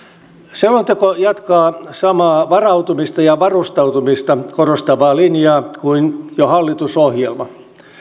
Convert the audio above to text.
selonteko jatkaa samaa varautumista ja varustautumista korostavaa linjaa kuin jo hallitusohjelma